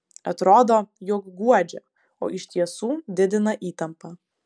atrodo jog guodžia o iš tiesų didina įtampą